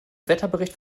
wetterbericht